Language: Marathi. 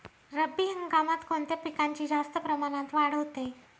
रब्बी हंगामात कोणत्या पिकांची जास्त प्रमाणात वाढ होते?